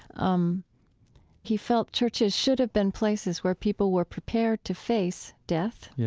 um he felt churches should have been places where people were prepared to face death, yeah